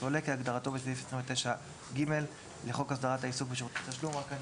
"סולק" כהגדרתו בסעיף 29(ג) לחוק הסדרת העיסוק בשירותי תשלום.